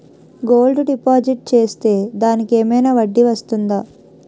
Gold deposit చేస్తే దానికి ఏమైనా వడ్డీ వస్తుందా?